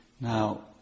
now